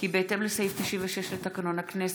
כי בהתאם לסעיף 96 לתקנון הכנסת,